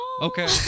Okay